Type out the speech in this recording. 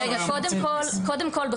קודם כול,